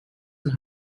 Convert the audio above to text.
and